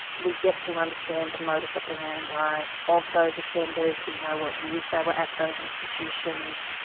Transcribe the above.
we get to understand the modus operandi of those offenders, we know what years they were at those institutions,